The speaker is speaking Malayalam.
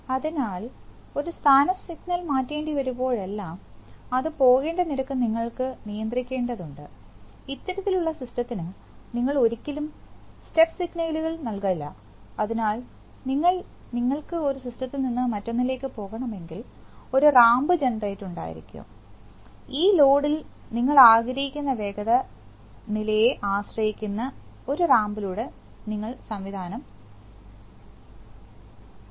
അതിനാൽ ഒരു സ്ഥാന സിഗ്നൽ മാറ്റേണ്ടി വരുമ്പോഴെല്ലാം അത് പോകേണ്ട നിരക്ക് നിങ്ങൾ നിയന്ത്രിക്കേണ്ടതുണ്ട് ഇത്തരത്തിലുള്ള സിസ്റ്റത്തിന് നിങ്ങൾ ഒരിക്കലും സ്റ്റെപ്പ് സിഗ്നലുകൾ നൽകില്ല അതിനാൽ നിങ്ങൾ നിങ്ങൾക്ക് ഒരു സിസ്റ്റത്തിൽ നിന്ന് മറ്റൊന്നിലേക്ക് പോകണമെങ്കിൽ ഒരു റാമ്പ് ജനറേറ്റർ ഉണ്ടായിരിക്കുക ഈ ലോഡിൽ നിങ്ങൾ ആഗ്രഹിക്കുന്ന വേഗത നിലയെ ആശ്രയിച്ചിരിക്കുന്ന ഒരു റാമ്പിലൂടെ നിങ്ങൾ സാവധാനം പോകുക